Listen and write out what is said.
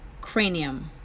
cranium